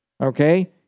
Okay